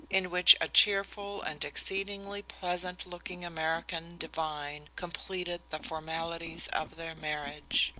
in which a cheerful and exceedingly pleasant looking american divine completed the formalities of their marriage.